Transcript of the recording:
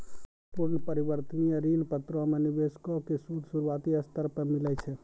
पूर्ण परिवर्तनीय ऋण पत्रो मे निवेशको के सूद शुरुआती स्तर पे मिलै छै